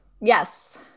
yes